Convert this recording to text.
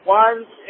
one